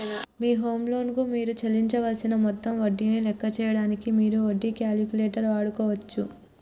మీ home loan కు మీరు చెల్లించవలసిన మొత్తం వడ్డీని లెక్క చేయడానికి మీరు వడ్డీ క్యాలిక్యులేటర్ వాడుకోవచ్చు